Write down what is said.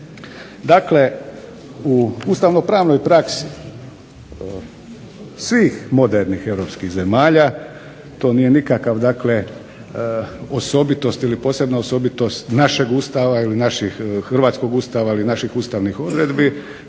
Dakle, u ustavnopravnoj praksi svih modernih europskih zemalja to nije nikakva dakle osobitost ili posebna osobitost našeg Ustava, hrvatskog Ustava ili naših ustavnih odredbi,